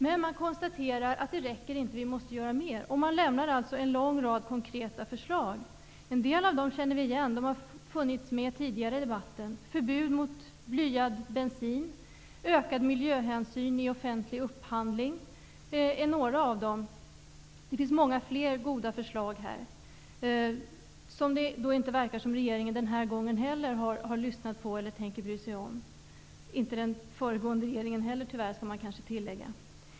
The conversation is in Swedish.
Men man konstaterar att det inte räcker. Vi måste göra mer, och man lämnar också en lång rad konkreta förslag. En del av dem känner vi igen. De har funnits med tidigare i debatten. Förbud mot blyad bensin, ökad miljöhänsyn i offentlig upphandling är ett par av dem. Det finns många fler goda förslag som det inte verkar som om regeringen den här gången heller har lyssnat på eller tänker bry sig om -- inte den föregående regeringen heller tyvärr, skall kanske tilläggas.